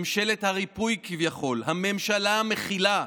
ממשלת הריפוי כביכול, הממשלה המכילה,